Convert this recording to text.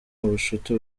ubucuti